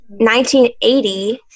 1980